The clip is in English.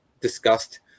discussed